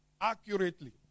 accurately